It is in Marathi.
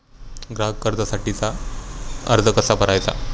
ग्राहक कर्जासाठीचा अर्ज कसा भरायचा?